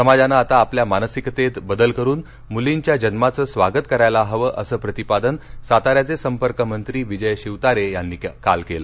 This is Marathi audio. समाजानं आता आपल्या मानसिकतेत बदल करुन मुलींच्या जन्माचं स्वागत करायला हवं असं प्रतिपादन साताऱ्याचे संपर्क मंत्री विजय शिवतारे यांनी काल केलं